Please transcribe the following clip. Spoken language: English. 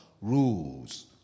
rules